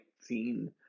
scene